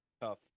Tough